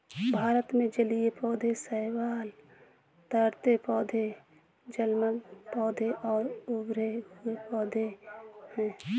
भारत में जलीय पौधे शैवाल, तैरते पौधे, जलमग्न पौधे और उभरे हुए पौधे हैं